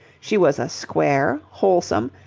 she was a square, wholesome,